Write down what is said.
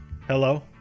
Hello